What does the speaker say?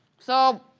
so,